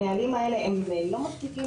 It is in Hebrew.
הנהלים האלה לא מספיקים,